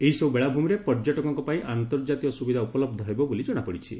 ଏହିସବୁ ବେଳାଭ୍ରମିରେ ପର୍ଯ୍ୟଟକଙ୍କ ପାଇଁ ଅନ୍ତର୍କାତୀୟ ସୁବିଧା ଉପଲହ୍ସ ହେବ ବୋଲି ଜଶାପଡିଛି